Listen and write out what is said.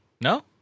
No